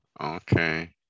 Okay